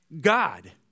God